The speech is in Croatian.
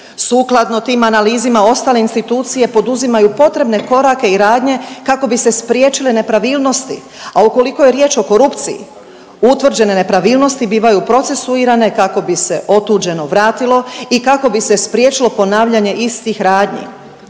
sukladno tim analizama ostale institucije poduzimaju potrebne korake i radnje kako bi se spriječile nepravilnosti, a ukoliko je riječ o korupciji utvrđene nepravilnosti bivaju procesuirane kako bi se otuđeno vratilo i kako bi se spriječilo ponavljanje istih radnji.